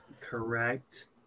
correct